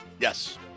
Yes